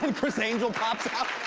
and criss angel pops out. oh,